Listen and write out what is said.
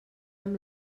amb